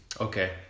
Okay